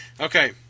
Okay